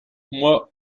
moi